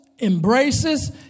embraces